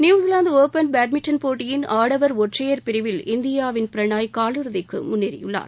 New Zealand open badminton போட்டியின் ஆடவர் ஒற்றையர் பிரிவில் இந்தியாவின் எச் எஸ் பிரனாய் காலிறுதிக்கு முன்னேறியுள்ளார்